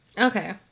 Okay